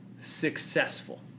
successful